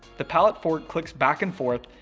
the pallet fork clicks back and forth,